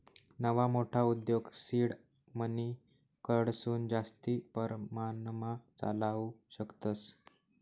नवा मोठा उद्योग सीड मनीकडथून जास्ती परमाणमा चालावू शकतस